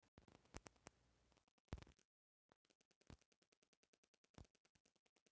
कए लेखा के कर के साथ शेष के कुछ प्रतिशत भी जोर दिहल जाला